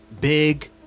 Big